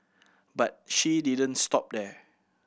but she didn't stop there